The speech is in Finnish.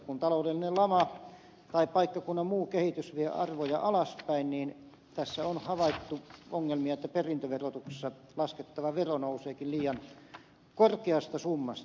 kun taloudellinen lama tai paikkakunnan muu kehitys vie arvoja alaspäin niin tässä on havaittu ongelmia että perintöverotuksessa laskettava vero nouseekin liian korkeasta summasta